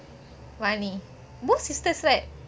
both sisters right